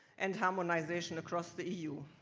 and harmonization across the eu.